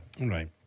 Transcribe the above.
Right